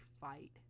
fight